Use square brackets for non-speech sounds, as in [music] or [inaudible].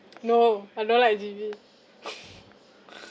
[noise] no I don't like G_V [laughs] [noise]